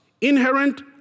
Inherent